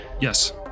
Yes